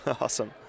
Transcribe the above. awesome